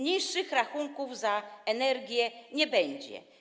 Niższych rachunków za energię nie będzie.